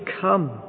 come